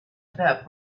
about